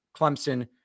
Clemson